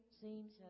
seems